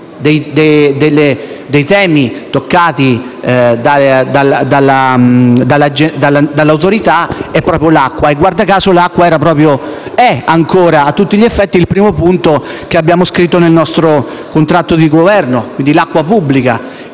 dei temi toccati dall'Autorità è proprio l'acqua e - guarda caso - l'acqua è ancora, a tutti gli effetti, il primo punto che abbiamo scritto nel nostro contratto di Governo. L'acqua pubblica,